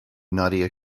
nadia